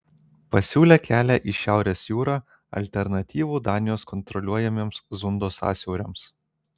pasiūlė kelią į šiaurės jūrą alternatyvų danijos kontroliuojamiems zundo sąsiauriams